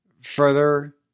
further